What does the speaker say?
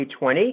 2020